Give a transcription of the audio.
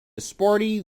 sporty